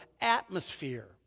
atmosphere